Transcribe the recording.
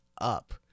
up